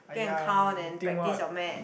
go and count then practise your math